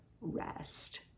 rest